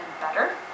better